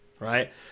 Right